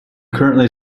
currently